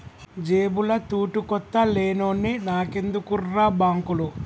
జేబుల తూటుకొత్త లేనోన్ని నాకెందుకుర్రా బాంకులు